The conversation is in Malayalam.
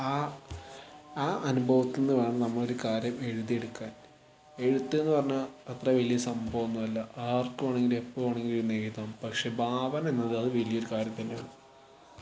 ആ ആ അനുഭവത്തിൽ നിന്ന് വേണം നമ്മൾ കാര്യം എഴുതിയെടുക്കാൻ എഴുത്ത് എന്ന് പറഞ്ഞാൽ അത്രവലിയ സംഭവമൊന്നുമല്ല ആർക്ക് വേണമെങ്കിലും എപ്പോൾ വേണമെങ്കിലും ഇരുന്ന് എഴുതാം പക്ഷേ ഭാവന എന്നത് അത് വലിയൊരു കാര്യം തന്നെയാണ്